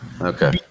Okay